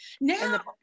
Now